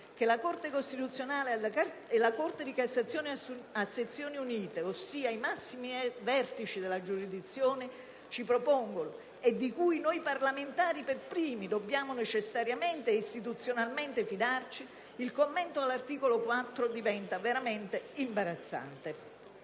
che la Corte costituzionale e la Corte di cassazione a Sezioni Unite, vale a dire i massimi vertici della giurisdizione, ci propongono e di cui noi parlamentari per primi dobbiamo necessariamente e istituzionalmente fidarci, il commento all'articolo 4 diviene veramente imbarazzante.